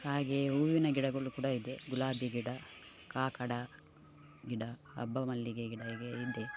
ಹಾಗೆಯೇ ಹೂವಿನ ಗಿಡಗಳು ಕೂಡ ಇದೆ ಗುಲಾಬಿ ಗಿಡ ಕಾಕಡ ಗಿಡ ಅಬ್ಬಮಲ್ಲಿಗೆ ಗಿಡ ಹೀಗೆ ಇದೆ